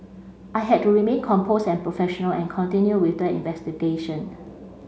I had to remain composed and professional and continue with the investigation